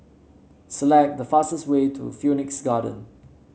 select the fastest way to Phoenix Garden